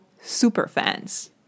superfans